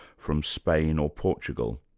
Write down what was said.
from spain or portugal.